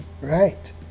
Right